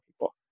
people